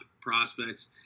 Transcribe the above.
prospects